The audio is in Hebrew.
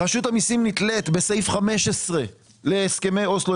רשות המיסים נתלית בסעיף 15 להסכמי אוסלו,